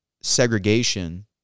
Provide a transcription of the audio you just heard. segregation